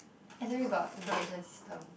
s_m_u got information system